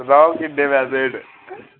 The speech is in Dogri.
सनाओ किन्ने पैसे न